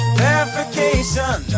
verification